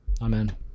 Amen